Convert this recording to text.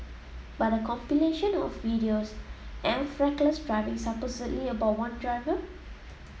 but a compilation of videos of reckless driving supposedly about one driver